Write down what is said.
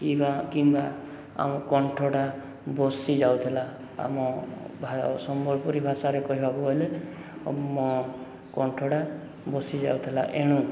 କିମ୍ବା କିମ୍ବା ଆମ କଣ୍ଠଟା ବସିଯାଉଥିଲା ଆମ ସମ୍ବଲପୁରୀ ଭାଷାରେ କହିବାକୁ ଗଲେ ମୋ କଣ୍ଠଟା ବସିଯାଉଥିଲା ଏଣୁ